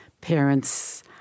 parents